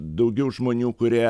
daugiau žmonių kurie